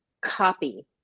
copy